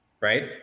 right